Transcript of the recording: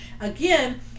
again